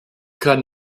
kann